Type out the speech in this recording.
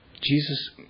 Jesus